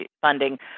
funding